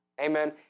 Amen